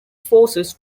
forces